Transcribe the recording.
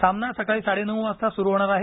सामना सकाळी साडे नऊ वाजता सुरु होणार आहे